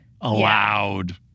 Allowed